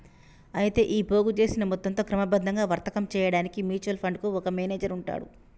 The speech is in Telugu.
అయితే ఈ పోగు చేసిన మొత్తంతో క్రమబద్ధంగా వర్తకం చేయడానికి మ్యూచువల్ ఫండ్ కు ఒక మేనేజర్ ఉంటాడు